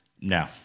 No